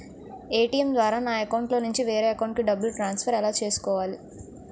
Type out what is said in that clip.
ATM ద్వారా నా అకౌంట్లోనుంచి వేరే అకౌంట్ కి డబ్బులు ట్రాన్సఫర్ ఎలా చేసుకోవాలి?